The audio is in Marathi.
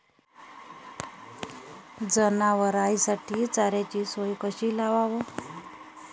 जनावराइसाठी चाऱ्याची सोय कशी लावाव?